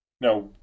Now